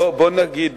בוא נגיד,